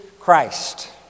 Christ